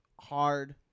hard